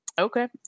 Okay